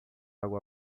água